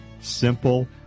simple